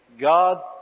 God